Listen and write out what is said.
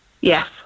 Yes